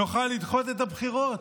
נוכל לדחות את הבחירות,